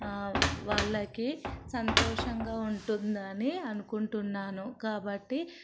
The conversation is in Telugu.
వాళ్ళకి సంతోషంగా ఉంటుందని అనుకుంటున్నాను కాబట్టి